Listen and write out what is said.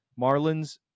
Marlins